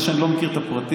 זה שאני לא מכיר את הפרטים,